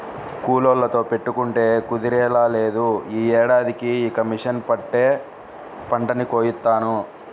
కూలోళ్ళతో పెట్టుకుంటే కుదిరేలా లేదు, యీ ఏడాదికి ఇక మిషన్ పెట్టే పంటని కోయిత్తాను